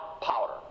powder